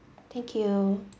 thank you